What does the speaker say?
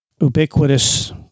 ubiquitous